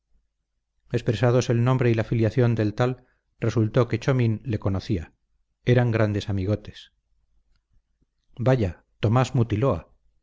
con zumalacárregui expresados el nombre y la filiación del tal resultó que chomín le conocía eran grandes amigotes vaya tomás mutiloa